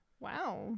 Wow